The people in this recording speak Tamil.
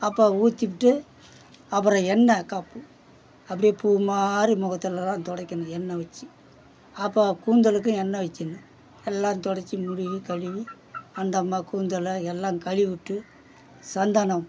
அப்போ ஊற்றிப்புட்டு அப்புறம் எண்ணெய் காப்பு அப்படியே பூமாதிரி முகத்துலெல்லாம் துடைக்கணும் எண்ணெய் வச்சு அப்போ கூந்தலுக்கும் எண்ணெய் வைக்கிணும் எல்லா துடச்சி முழுவி கழுவி அந்த அம்மா கூந்தலை எல்லாம் கழுவிட்டு சந்தனம்